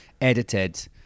edited